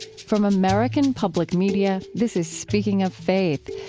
from american public media, this is speaking of faith,